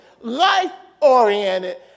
life-oriented